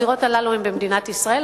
הזירות הללו הן במדינת ישראל.